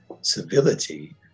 civility